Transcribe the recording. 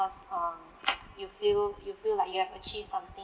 because um you feel you feel like you have achieve something